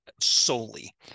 solely